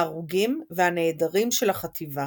ההרוגים והנעדרים של החטיבה.